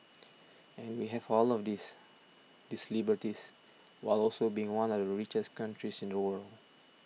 and we have all of these these liberties while also being one are of the richest countries in the world